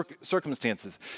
circumstances